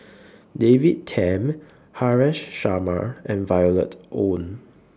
David Tham Haresh Sharma and Violet Oon